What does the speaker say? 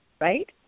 right